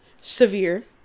Severe